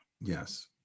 Yes